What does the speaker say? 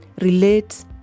relate